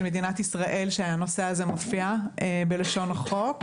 מדינת ישראל שהנושא הזה מופיע בלשון החוק.